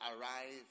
arrive